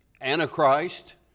antichrist